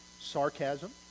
sarcasm